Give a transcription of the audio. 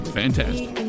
fantastic